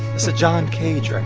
it's a john cage